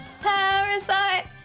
Parasite